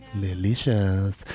Delicious